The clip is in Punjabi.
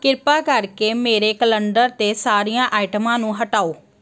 ਕਿਰਪਾ ਕਰਕੇ ਮੇਰੇ ਕੈਲੰਡਰ 'ਤੇ ਸਾਰੀਆਂ ਆਈਟਮਾਂ ਨੂੰ ਹਟਾਓ